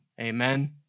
Amen